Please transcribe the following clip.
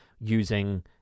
using